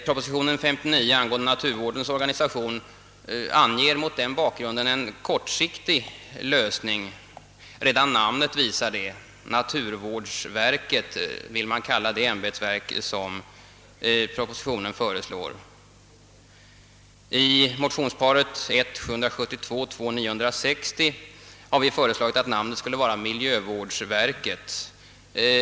Proposition nr 59 angående naturvårdens organisation anger mot den bakgrunden en kortsiktig lösning. Redan namnet visar det; naturvårdsverket vill man kalla det ämbetsverk som föreslås i propositionen. I motionsparet I: 772 och II: 960 har vi föreslagit namnet miljövårdsverket.